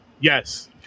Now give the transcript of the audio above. yes